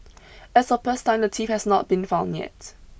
as of press time the thief has not been found yet